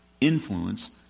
influence